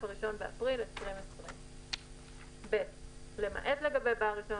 (1 באפריל 2020). (ב) (ג) (ד) למעט לגבי בעל רישיון